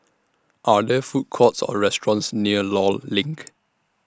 Are There Food Courts Or restaurants near law LINK